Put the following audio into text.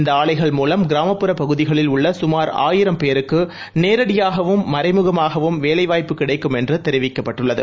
இந்த ஆலைகள் மூலம் கிராமப்புற பகுதிகளில் உள்ள குமார் ஆயிரம் பேருக்கு நேரடியாகவும் மறைமுகமாகவும் வேலைவாய்ப்பு கிடைக்கும் என்று தெரிவிக்கப்பட்டுள்ளது